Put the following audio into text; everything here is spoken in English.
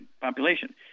population